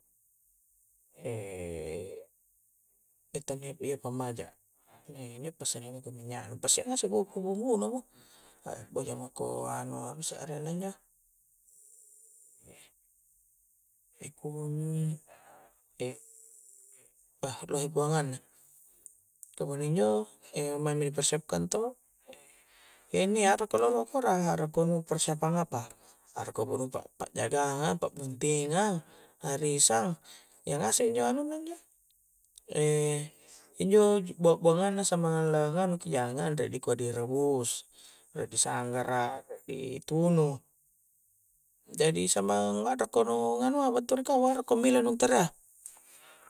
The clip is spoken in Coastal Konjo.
tania iya pammaja maing injo passadia mko minyya nu passadia ngasek bumbu-bumbu nu mo akboja mako anu apasse areng na injo kunyi' pa lohe buangang na kemudiang injo maing mi di persiapkan to iyanni arakko loro nu kura arakko persiapang apa arakko menu pa'pakjagang a pa'buntingang a arisang iya ngase injo anunna injo injo bua-buangang na samang la nganu ki jangang riek dikua di rebus riek di sanggara riek di tunu jadi samang arakko nu nganua battu ri kau arkko mile nu terea